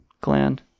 gland